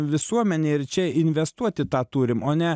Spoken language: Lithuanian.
visuomenėj ir čia investuot į tą turim o ne